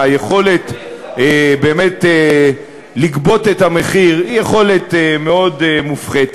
היכולת באמת לגבות את המחיר מאוד מופחתת.